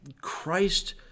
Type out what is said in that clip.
Christ